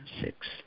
six